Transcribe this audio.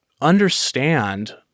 understand